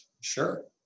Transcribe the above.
Sure